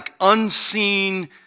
unseen